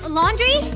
laundry